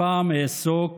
הפעם אעסוק